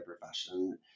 profession